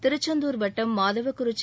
திருச்செந்தூர் வட்டம் மாதவகுறிச்சி